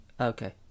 okay